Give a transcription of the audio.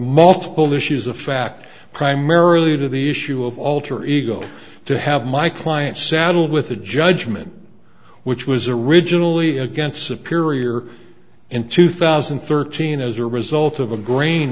multiple issues of fact primarily to the issue of alter ego to have my client saddled with a judgment which was originally against superior in two thousand and thirteen as a result of a grain